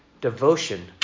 devotion